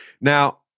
Now